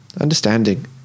understanding